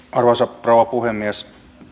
arvoisa rouva puhemies